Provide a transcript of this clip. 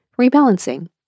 Rebalancing